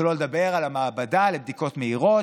שלא לדבר על המעבדה לבדיקות מהירות,